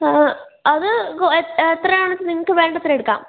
അത് എത്രയാണെന്ന് വച്ചാൽ നിങ്ങൾക്ക് വേണ്ടത്ര എടുക്കാം